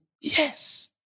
Yes